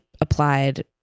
applied